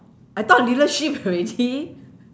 I thought leadership already